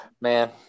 man